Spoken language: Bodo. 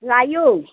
लायो